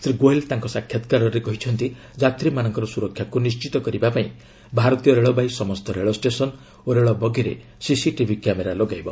ଶ୍ରୀ ଗୋଏଲ୍ ତାଙ୍କ ସାକ୍ଷାତକାରରେ କହିଛନ୍ତି ଯାତ୍ରୀମାନଙ୍କର ସୁରକ୍ଷାକୁ ନିଶ୍ଚିତ କରିବା ପାଇଁ ଭାରତୀୟ ରେଳବାଇ ସମସ୍ତ ରେଳ ଷ୍ଟେସନ୍ ଓ ରେଳବଗିରେ ସିସିଟିଭି କ୍ୟାମେରା ଲଗାଇବ